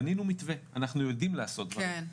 בנינו מתווה, אנחנו יודעים לעשות דברים.